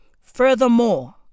Furthermore